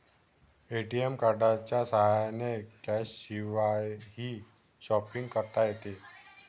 ATM कार्डच्या साह्याने कॅशशिवायही शॉपिंग करता येते